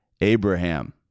Abraham